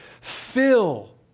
Fill